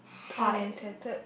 torn and tattered